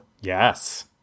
Yes